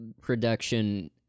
production